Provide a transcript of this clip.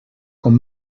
com